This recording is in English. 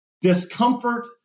discomfort